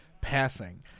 passing